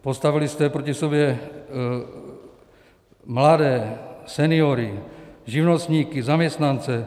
Postavili jste proti sobě mladé, seniory, živnostníky, zaměstnance.